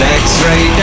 x-ray